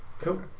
Cool